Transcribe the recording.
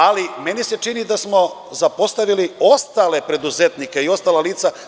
Ali, meni se čini da smo zapostavili ostale preduzetnike i ostala lica.